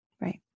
Right